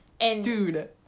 Dude